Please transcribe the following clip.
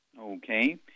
Okay